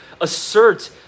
assert